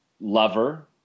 lover